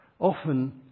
often